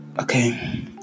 Okay